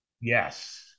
Yes